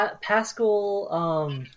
Pascal